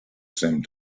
same